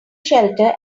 shelter